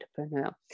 entrepreneur